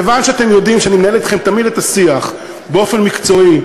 כיוון שאתם יודעים שאני מנהל אתכם תמיד את השיח באופן מקצועי,